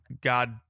god